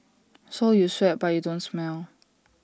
so you sweat but you don't smell